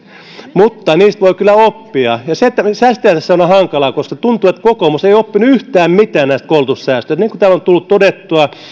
mutta niistä voi kyllä oppia se tässä on hankalaa koska tuntuu että kokoomus ei oppinut yhtään mitään näistä koulutussäästöistä niin kuin täällä on tullut todettua